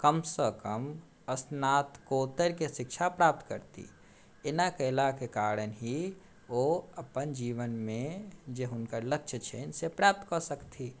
कमसँ कम स्नातकोत्तरकेँ शिक्षा प्राप्त करती एना कयलाक कारण ही ओ अपन जीवनमे जे हुनकर लक्ष्य छनि से प्राप्त कऽ सकथिन